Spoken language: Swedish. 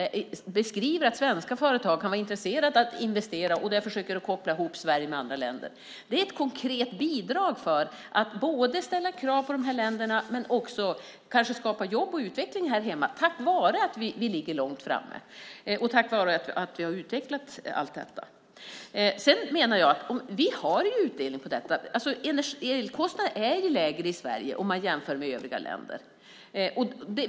Jag beskriver att svenska företag kan vara intresserade av att investera, och jag försöker koppla ihop Sverige med andra länder. Det är ett konkret bidrag för att både ställa krav på de här länderna och kanske också skapa jobb och utveckling här hemma tack vare att vi ligger långt framme och tack vare att vi har utvecklat allt detta. Sedan menar jag att vi har utdelning på detta. Elkostnaderna är ju lägre i Sverige om man jämför med övriga länder.